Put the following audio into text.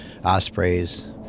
Ospreys